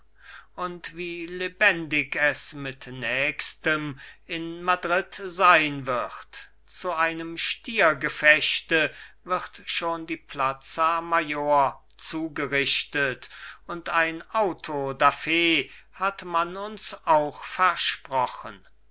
und wie lebendig es mit nächstem in madrid sein wird zu einem stiergefechte wird schon die plaza mayor zugerichtet und ein autodaf hat man uns auch versprochen